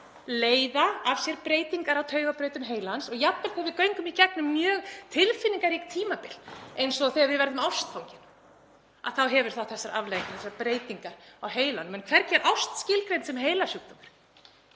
leiða af sér breytingar á taugabrautum heilans og jafnvel þegar við göngum í gegnum mjög tilfinningarík tímabil. Eins og þegar við verðum ástfangin þá hefur það þessar afleiðingar, þessar breytingar á heilanum, en hvergi er ást skilgreind sem heilasjúkdómur.